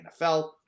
NFL